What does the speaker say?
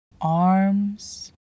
arms